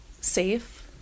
safe